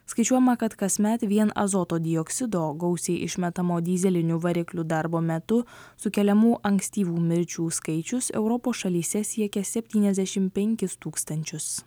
skaičiuojama kad kasmet vien azoto dioksido gausiai išmetamo dyzelinių variklių darbo metu sukeliamų ankstyvų mirčių skaičius europos šalyse siekia septyniasdešimt penkis tūkstančius